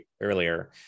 earlier